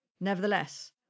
Nevertheless